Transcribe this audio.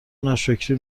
ناشکری